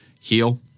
heal